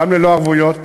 גם ללא ערבויות,